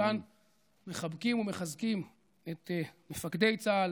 מכאן מחבקים ומחזקים את מפקדי צה"ל,